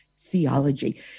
theology